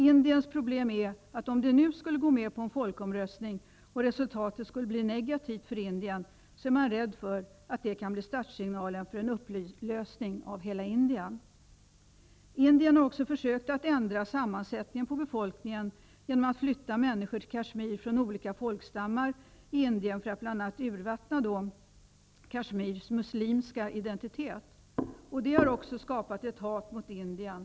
Indiens problem är att man, om landet nu skulle gå med på en folkomrösting och resultatet skulle bli negativt för Indien, är rädd för att det kan bli startsignalen för en upplösning av hela Indien. Indien har också försökt att ändra sammansättningen på befolkningen genom att flytta människor från olika folkstammar i Indien till Kashmir bl.a. för att urvattna Kashmirs muslimska identitet. Det har också skapat ett hat gentemot Indien.